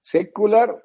Secular